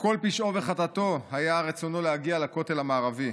שכל פשעו וחטאו היה רצונו להגיע לכותל המערבי.